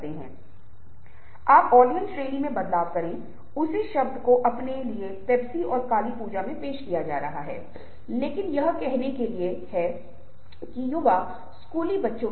अगर आप ठीक से खाना नहीं खाते हैं और वह पूछता है खाना कैसा है आपको कहना पड़ेगा कि अच्छा है